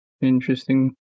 interesting